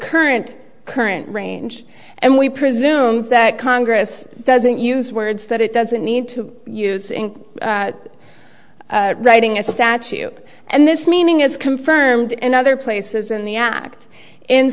current current range and we presume that congress doesn't use words that it doesn't need to use in writing as a statue and this meaning is confirmed in other places in the act in